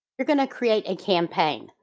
you're going to create a campaign.